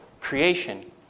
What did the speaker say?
creation